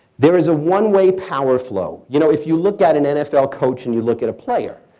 there is a one-way power flow. you know, if you look at an nfl coach and you look at a player,